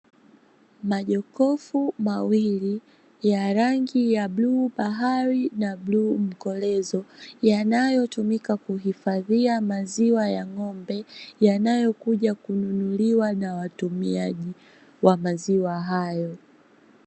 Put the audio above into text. Majokofu mawili ya rangi ya bluu bahari na bluu mkolezo yanayotumika kuhifadhia maziwa ya ng'ombe, yanayokuja kununuliwa na watumiaji maziwa hayo.